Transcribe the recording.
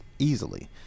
easily